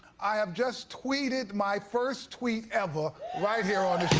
i have just tweeted my first tweet ever right here on